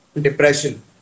depression